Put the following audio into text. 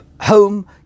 home